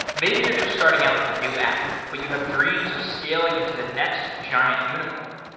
maybe you're just starting out with a new app, but you have dreams of scaling into the next giant unicorn.